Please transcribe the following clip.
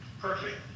Perfect